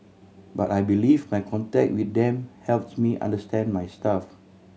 but I believe my contact with them helps me understand my staff